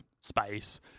space